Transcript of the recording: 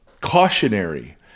cautionary